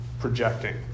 projecting